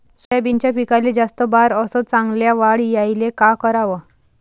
सोयाबीनच्या पिकाले जास्त बार अस चांगल्या वाढ यायले का कराव?